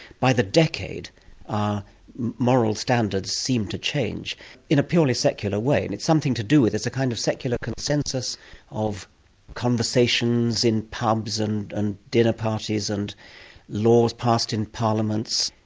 by the decade our moral standards seem to change in a purely secular way, and it's something to do with there's a kind of secular consensus of conversations in pubs and and dinner parties and laws passed in parliaments,